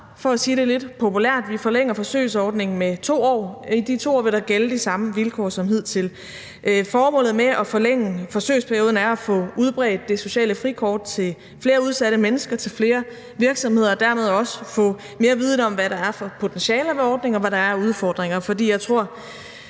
for at sige det lidt populært. Vi forlænger forsøgsordningen med 2 år, og i de 2 år vil der gælde de samme vilkår som hidtil. Formålet med at forlænge forsøgsperioden er at få udbredt det sociale frikort til flere udsatte mennesker og flere virksomheder og dermed også få mere viden om, hvad der er for potentialer ved ordningen, og hvad der er af udfordringer,